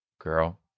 girl